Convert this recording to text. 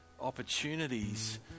opportunities